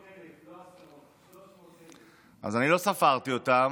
300,000. לא השערות, 300,000. אני לא ספרתי אותם.